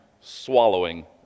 swallowing